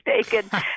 taken